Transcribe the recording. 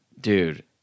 Dude